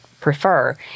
prefer